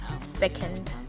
second